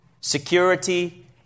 security